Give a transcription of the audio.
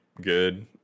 good